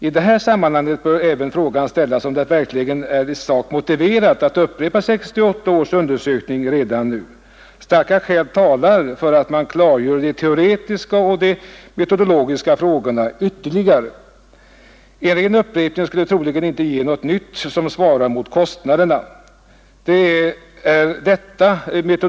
I detta sammanhang bör även frågan ställas om det verkligen är i sak motiverat att upprepa 1968 års undersökning redan nu. Starka skäl talar för att man klargör de teoretiska och de metodologiska frågorna ytterligare. En ren upprepning skulle troligen inte ge något nytt som svarar mot kostnaderna.